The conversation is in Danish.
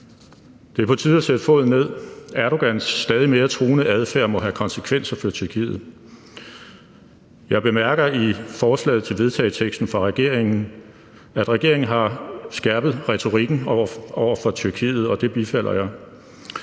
Det er på tide at sætte foden ned. Erdogans stadig mere truende adfærd må have konsekvenser for Tyrkiet. Jeg bemærker i forslaget til vedtagelse fra bl.a. regeringspartiet, at regeringen har skærpet retorikken over for Tyrkiet, og det bifalder jeg.